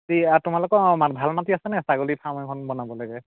এতিয়া তোমালোকৰ তাত ভাল মাটি আছেনে ছাগলী ফাৰ্ম এখন বনাবলৈকে